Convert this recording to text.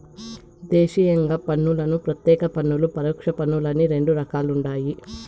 దేశీయంగా పన్నులను ప్రత్యేక పన్నులు, పరోక్ష పన్నులని రెండు రకాలుండాయి